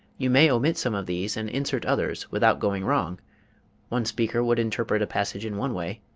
you may omit some of these and insert others without going wrong one speaker would interpret a passage in one way,